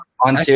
On